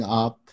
up